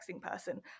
person